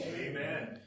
Amen